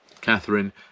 Catherine